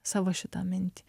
savo šitą mintį